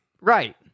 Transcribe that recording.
Right